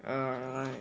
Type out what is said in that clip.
err